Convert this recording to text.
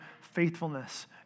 faithfulness